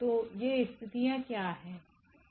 तो ये स्थितियां क्या हैं